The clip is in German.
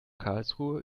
karlsruhe